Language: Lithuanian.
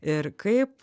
ir kaip